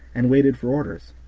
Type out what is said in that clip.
and waited for orders.